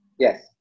Yes